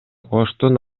оштун